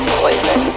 poison